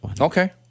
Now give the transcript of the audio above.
Okay